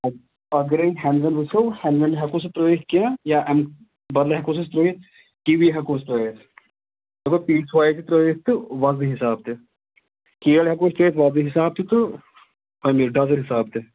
اَگرَے ہٮ۪نٛدوٮ۪نٛد گژھیو ہٮ۪نٛدوٮ۪نٛد ہٮ۪کوس نہٕ ترٲیِتھ کیٚنہہ یا اَمہِ بدلہٕ ہٮ۪کوس أسۍ ترٲیِتھ کِوی ہٮ۪کوس ترٲوِتھ وایزِ ترٲوِتھ تہٕ بدلٕے حِساب تہِ کیل ہٮ۪کو أسۍ ترٲوِتھ بدلٕے حِساب تہِ تہٕ اَمی حِساب تہِ